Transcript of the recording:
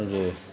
جی